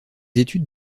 études